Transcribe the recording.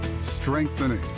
strengthening